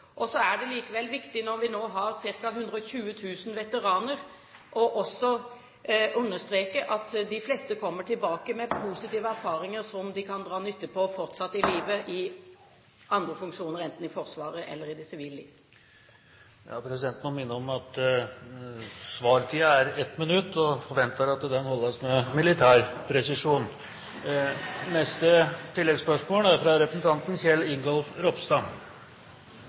Så er det likevel viktig når vi nå har ca. 120 000 veteraner, også å understreke at de fleste kommer tilbake med positive erfaringer som de kan dra nytte av fortsatt i livet i andre funksjoner, enten i Forsvaret eller i det sivile liv. Presidenten må minne om at svartiden er 1 minutt, og forventer at den holdes med militær presisjon. Kjell Ingolf Ropstad – til oppfølgingsspørsmål. Det er